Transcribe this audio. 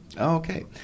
Okay